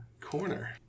corner